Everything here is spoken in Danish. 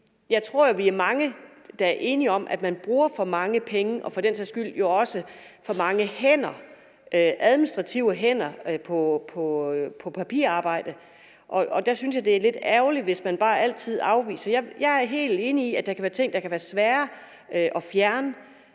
jeg tror, vi er mange, der er enige om, at man bruger for mange penge og for den sags skyld jo også for mange hænder, administrative hænder, på papirarbejde. Der synes jeg, det er lidt ærgerligt, hvis man altid bare afviser. Jeg er helt enig i, at der kan være ting, der kan være svære at fjerne,